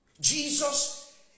Jesus